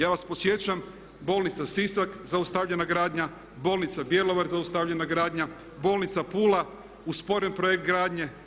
Ja vas podsjećam bolnica Sisak zaustavljena gradnja, bolnica Bjelovar zaustavljena gradnja, bolnica Pula usporen projekt gradnje.